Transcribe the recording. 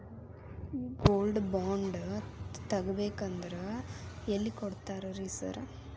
ಈ gold bond ತಗಾಬೇಕಂದ್ರ ಎಲ್ಲಿ ಕೊಡ್ತಾರ ರೇ ಸಾರ್?